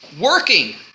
working